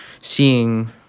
seeing